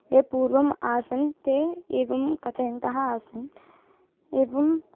ये पूर्वम् आसन् ते एवं कथयन्तः आसन् एवं